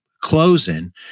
closing